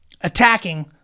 attacking